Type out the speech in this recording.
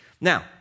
Now